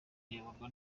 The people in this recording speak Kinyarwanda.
kuyoborwa